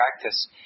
practice